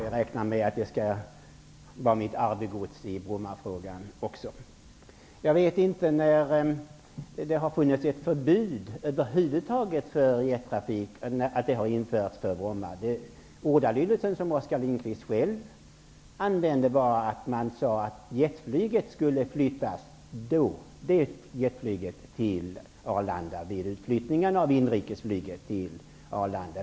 Jag räknar med att det skall vara mitt arvegods också i Brommafrågan. Jag vet inte när det har införts ett förbud över huvud taget mot jettrafik på Bromma. Den ordalydelse som Oskar Lindkvist själv använde var att jetflyget skulle flyttas till Arlanda vid utflyttningen av inrikesflyget till Arlanda.